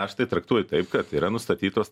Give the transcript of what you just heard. aš tai traktuoju taip kad yra nustatytos